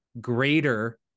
greater